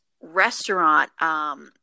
restaurant